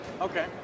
Okay